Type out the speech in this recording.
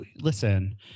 listen